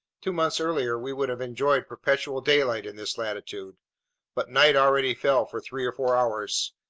two months earlier we would have enjoyed perpetual daylight in this latitude but night already fell for three or four hours,